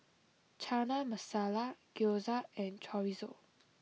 Chana Masala Gyoza and Chorizo